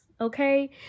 Okay